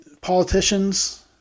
politicians